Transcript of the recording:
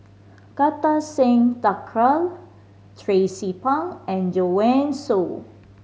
Kartar Singh Thakral Tracie Pang and Joanne Soo